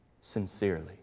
sincerely